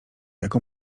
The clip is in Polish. jako